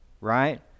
right